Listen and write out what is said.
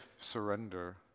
surrender